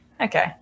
Okay